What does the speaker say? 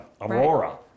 Aurora